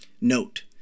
Note